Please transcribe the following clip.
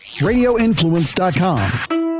radioinfluence.com